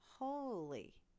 holy